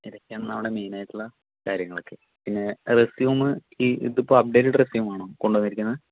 ഇതൊക്കെയാണ് നമ്മുടെ മെയ്നായിട്ടുള്ള കാര്യങ്ങളൊക്കെ പിന്നെ റെസ്യുമ് ഇതിപ്പോൾ അപ്ഡേറ്റഡ് റെസ്യുമാണോ കൊണ്ടുവന്നിരിക്കുന്നത്